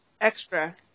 Extra